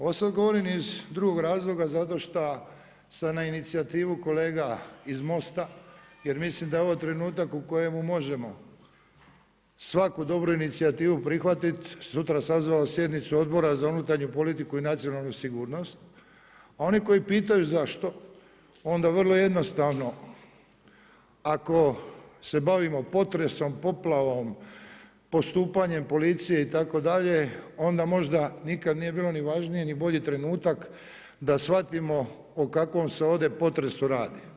Ovo sad govorim iz drugog razloga zato šta sam na inicijativu kolega iz MOST-a jer mislim da je ovo trenutak u kojemu možemo svaku dobru inicijativu prihvatiti, sutra sazvao sjednicu Odbora za unutarnju politiku i nacionalnu sigurnost, a oni pitaju zašto onda vrlo jednostavno, ako se bavimo potresom, poplavom, postupanjem policije itd., onda možda nikad nije bilo ni važniji ni bolji trenutak da shvatimo o kakvom se ovdje potresu radi.